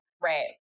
Right